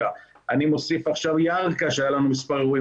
ואני אוסיף עכשיו את ירכא שהיו לנו מספר אירועים,